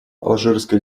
алжирская